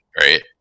right